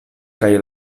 kaj